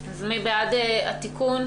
מי בעד התיקון?